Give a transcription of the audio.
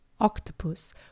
octopus